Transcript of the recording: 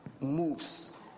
Moves